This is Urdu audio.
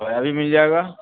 کھویا بھی مل جائے گا